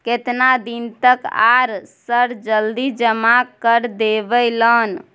केतना दिन तक आर सर जल्दी जमा कर देबै लोन?